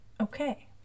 okay